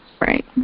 right